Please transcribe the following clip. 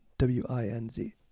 W-I-N-Z